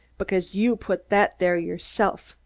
because you put that there yourself,